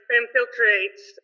infiltrates